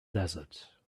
desert